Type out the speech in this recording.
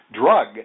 drug